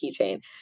keychain